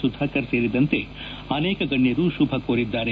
ಸುಧಾಕರ್ ಸೇರಿದಂತೆ ಅನೇಕ ಗಣ್ಯರು ಶುಭ ಕೋರಿದ್ದಾರೆ